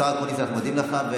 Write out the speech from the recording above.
השר אקוניס, אנחנו מודים לך.